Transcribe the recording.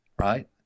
right